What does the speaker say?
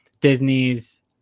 Disney's